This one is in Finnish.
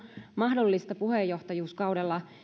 mahdollista puheenjohtajuuskaudella